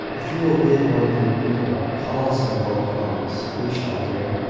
if you will bid one of your people call us when hope comes, we shall hear.